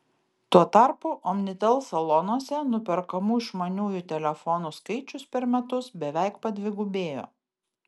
tuo tarpu omnitel salonuose nuperkamų išmaniųjų telefonų skaičius per metus beveik padvigubėjo